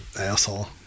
asshole